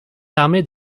armées